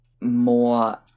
more